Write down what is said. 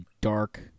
dark